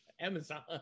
Amazon